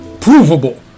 provable